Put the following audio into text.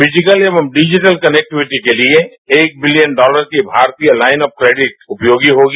physical एवं digital connectivity के लिए एक बिलियन डॉलर की भारतीय लाइन ऑफ क्रैडिट उपयोगी होगी